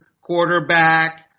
quarterback